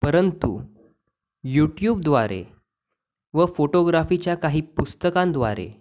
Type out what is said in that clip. परंतु युट्युबद्वारे व फोटोग्राफीच्या काही पुस्तकांद्वारे